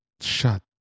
Shut